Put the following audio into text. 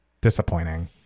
Disappointing